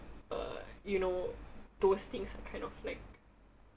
uh you know those things are kind of like